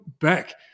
back